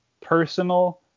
personal